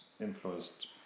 influenced